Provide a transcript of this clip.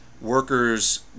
workers